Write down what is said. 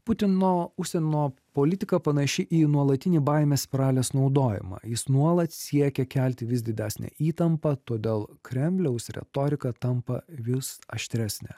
putino užsienio politika panaši į nuolatinį baimės spiralės naudojimą jis nuolat siekia kelti vis didesnę įtampą todėl kremliaus retorika tampa vis aštresnė